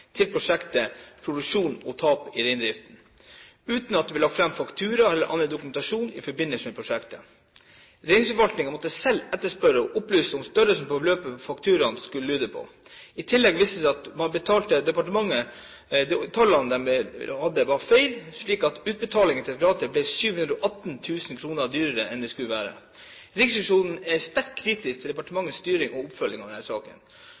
til prosjektet Produksjon og tap i reindriften, uten at det ble lagt fram faktura eller annen dokumentasjon i forbindelse med prosjektet. Reindriftsforvaltningen måtte selv etterspørre det og opplyse om hva størrelsen på beløpet på fakturaen skulle lyde på. I tillegg viste det seg at de tallene departementet hadde, var feil, slik at utbetalingen til direktoratet ble 718 000 kr dyrere enn den skulle være. Riksrevisjonen er sterkt kritisk til departementets styring og oppfølging av denne saken.